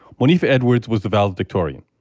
monifa edwards was the valedictorian.